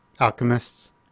Alchemists